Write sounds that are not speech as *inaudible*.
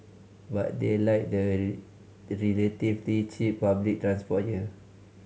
but they like the *unintelligible* relatively cheap public transport here